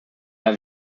have